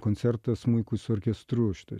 koncertą smuikui su orkestru šitas